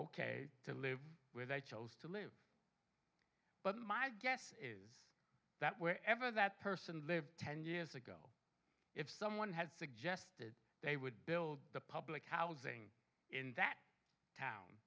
ok to live where they chose to live but my guess is that wherever that person lived ten years ago if someone had suggested they would build the public housing in that town